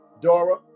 dora